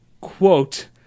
quote